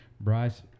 Bryce